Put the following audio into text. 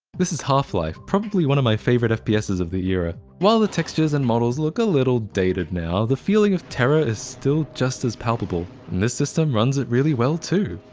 this is half-life, probably one of my favorite fpses of the era. while the textures and models look a little dated now, the feeling of terror is still just as palpable. this system runs it really well too.